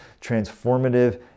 transformative